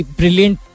brilliant